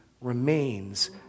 remains